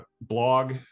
blog